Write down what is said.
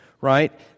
right